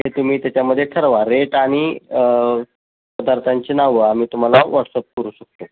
ते तुम्ही त्याच्यामध्ये ठरवा रेट आणि पदार्थांची नावं आम्ही तुम्हाला व्हॉट्सअप करू शकतो